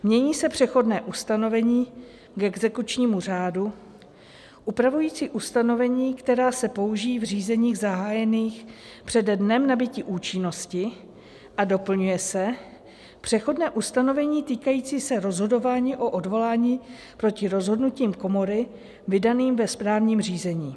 Mění se přechodné ustanovení k exekučnímu řádu, upravující ustanovení, která se použití v řízení zahájených přede dnem nabytí účinnosti, a doplňuje se přechodné ustanovení týkající se rozhodování o odvolání proti rozhodnutím komory vydaným ve správním řízení.